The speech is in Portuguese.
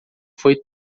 foi